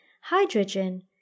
hydrogen